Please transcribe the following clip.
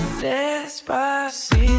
Despacito